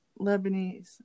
Lebanese